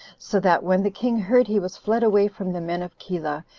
so that when the king heard he was fled away from the men of keilah,